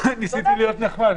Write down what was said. ניסיתי להיות נחמד.